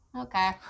okay